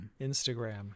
Instagram